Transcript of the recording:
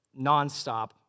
nonstop